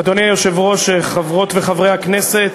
אדוני היושב-ראש, חברות וחברי הכנסת,